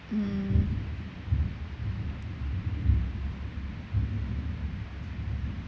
hm